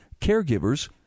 caregivers